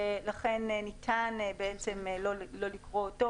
ולכן ניתן לא לקרוא אותו.